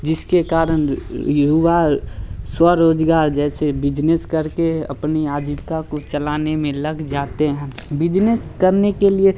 जिसके कारण युवा स्वरोज़गार जैसे बिजनेस करके अपनी आजीविका को चलाने में लग जाते हैं बिजनेस करने के लिए